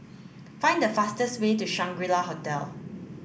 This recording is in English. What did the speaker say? find the fastest way to Shangri La Hotel